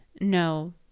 No